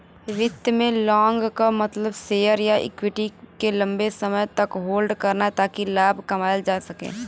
वित्त में लॉन्ग क मतलब शेयर या इक्विटी के लम्बे समय तक होल्ड करना ताकि लाभ कमायल जा सके